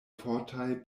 fortaj